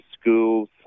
schools